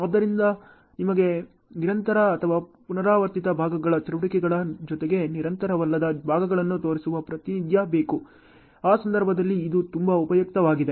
ಆದ್ದರಿಂದ ನಿಮಗೆ ನಿರಂತರ ಅಥವಾ ಪುನರಾವರ್ತಿತ ಭಾಗಗಳ ಚಟುವಟಿಕೆಗಳ ಜೊತೆಗೆ ನಿರಂತರವಲ್ಲದ ವಿಭಾಗವನ್ನು ತೋರಿಸುವ ಪ್ರಾತಿನಿಧ್ಯ ಬೇಕು ಆ ಸಂದರ್ಭದಲ್ಲಿ ಇದು ತುಂಬಾ ಉಪಯುಕ್ತವಾಗಿದೆ